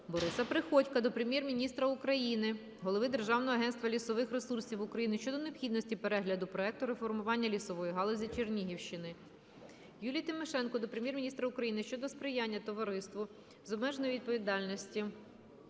Бориса Приходька до Прем'єр-міністра України, Голови Державного агентства лісових ресурсів України щодо необхідності перегляду проекту реформування лісової галузі Чернігівщини. Юлії Тимошенко до Прем'єр-міністра України щодо сприяння Товариству з обмеженою відповідальністю